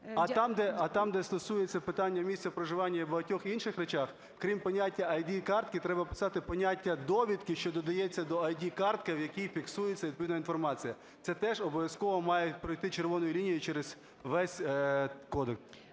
а там, де стосується питання місця проживання і багатьох інших речей, крім поняття "ID-картки", треба писати поняття "довідки, що додається до ID-картки", в якій фіксується відповідна інформація. Це теж обов'язково має пройти червоною лінією через весь кодекс.